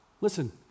Listen